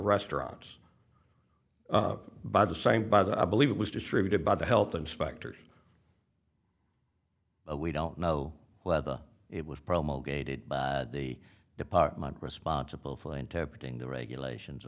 restaurants by the same by the i believe it was distributed by the health inspectors we don't know whether it was promulgated by the department responsible for interpreting the regulations